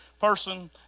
person